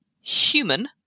Human